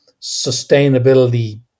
sustainability